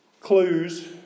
clues